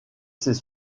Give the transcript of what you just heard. ses